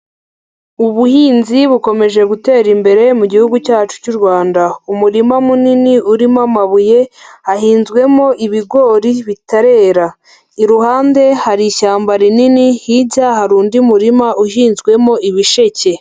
Ubuhinzi bukomeje gutera imbere mu gihugu cyacu cy'u Rwanda, umurima munini urimo amabuye, hahinzwemo ibigori bitarera, iruhande hari ishyamba rinini, hirya hari undi murima uhinzwemo ibisheke.